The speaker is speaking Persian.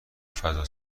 فضا